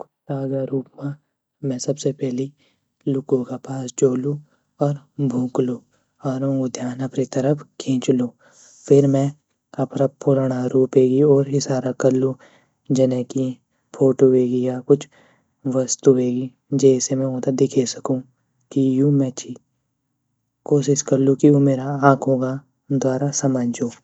कुत्ता ग रूप म में सबसे पैली लुकु ग पास जोलू और भूँकलू और ऊँगू ध्यान अपरि तरफ़ खिंचलू फिर में अपरा पुराणा रूपे गी ओर इसारा कलू जने की फोटो वेगी या कुछ वस्तु वेगी जेसे में ऊँता दिखे सकु की यू में ची कोशिश कलू की उ मेरा आखूँ ग द्वारा समझ जो।